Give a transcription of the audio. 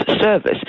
service